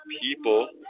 people